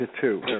two